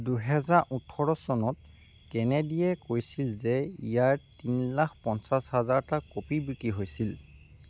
দুহেজাৰ ওঠৰ চনত কেনেডিয়ে কৈছিল যে ইয়াৰ তিনি লাখ পঞ্চাছ হাজাৰটা কপি বিক্ৰী হৈছিল